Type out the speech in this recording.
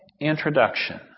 introduction